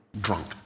drunk